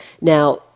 Now